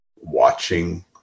watching